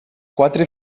quatre